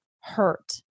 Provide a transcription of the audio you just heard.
hurt